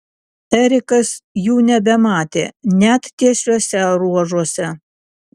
erikas jų nebematė net tiesiuose ruožuose